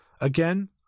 Again